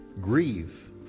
grieve